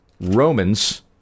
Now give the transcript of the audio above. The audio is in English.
Romans